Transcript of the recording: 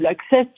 access